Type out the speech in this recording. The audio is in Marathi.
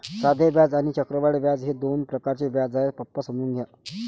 साधे व्याज आणि चक्रवाढ व्याज हे दोन प्रकारचे व्याज आहे, पप्पा समजून घ्या